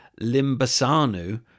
Limbasanu